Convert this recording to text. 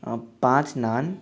पाँच नान